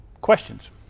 Questions